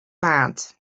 bad